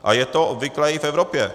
A je to obvyklé i v Evropě.